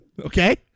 Okay